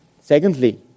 secondly